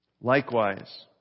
Likewise